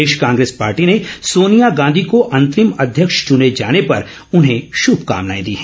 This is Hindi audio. प्रदेश कांग्रेस पार्टी ने सोनिया गांधी को अंतरिम अध्यक्ष चुने जाने पर उन्हें शभकामनाए दी हैं